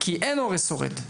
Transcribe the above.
כי אין הורה שורד.